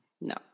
No